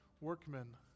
workmen